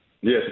Yes